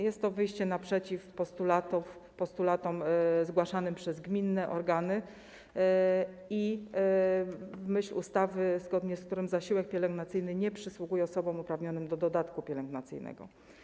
Jest to wyjście naprzeciw postulatom zgłaszanym przez gminne organy i w myśl ustawy, zgodnie z którą zasiłek pielęgnacyjny nie przysługuje osobom uprawnionym do dodatku pielęgnacyjnego.